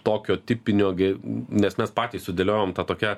tokio tipinio gi n nes mes patys sudėliojom tą tokią